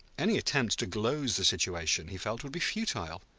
any attempt to gloze the situation, he felt, would be futile.